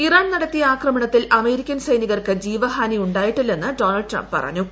Iran നടത്തിയ ആക്രമണത്തിൽ American ക്സെനികർക്ക് ജീവഹാനി ഉണ്ടായിട്ടില്ലെന്ന് ഡൊണ്ട്രൂൾഡ് ട്രംപ് പറഞ്ഞു